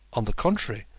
on the contrary,